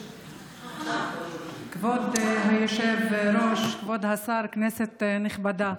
כבוד היושב-ראש, כבוד השר, כנסת נכבדה,